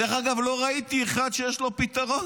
גם לא ראיתי אחד שיש לו פתרון,